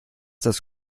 das